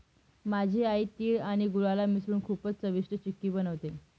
माझी आई तिळ आणि गुळाला मिसळून खूपच चविष्ट चिक्की बनवते